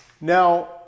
Now